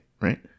right